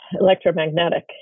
electromagnetic